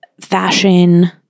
fashion